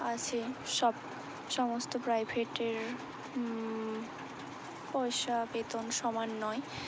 আছে সব সমস্ত প্রাইভেটের পয়সা বেতন সমান নয়